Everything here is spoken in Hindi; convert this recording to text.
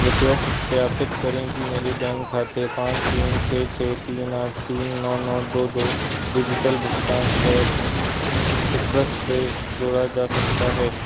कृपया सत्यापित करें कि क्या मेरी बैंक खाते पाँच तीन छः छः तीन आठ तीन नौ नौ दो दो डिजिटल भुगतान ऐप सीट्रस से जोड़ा जा सकता है